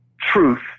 truth